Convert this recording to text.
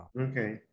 Okay